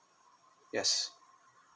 yes